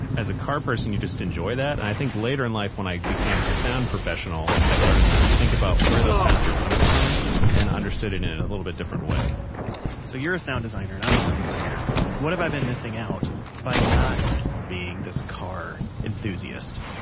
as a car person, you just enjoy that. i think later in life when i became a sound professional, i started to think about where those sounds were coming from and understood it in a little bit different way so you're a sound designer, and i'm a sound designer what have i been missing out by not being this car enthusiast?